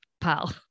pal